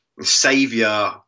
savior